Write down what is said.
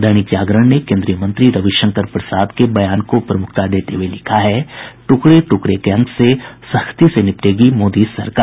दैनिक जागरण ने केन्द्रीय मंत्री रविशंकर प्रसाद के बयान को प्रमुखता देते हुये लिखा है ट्रकड़े ट्रकड़े गैंग से सख्ती से निपटेगी मोदी सरकार